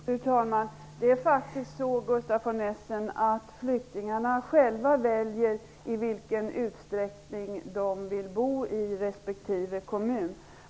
Fru talman! Det är faktiskt så, Gustaf von Essen, att flyktingarna själva väljer i vilken utsträckning de vill bo i respektive kommun.